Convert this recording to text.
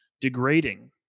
degrading